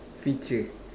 feature